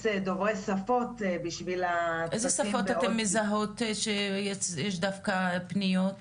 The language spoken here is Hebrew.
דוברי שפות, איזה שפות אתן מזהות שיש פניות?